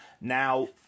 Now